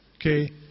Okay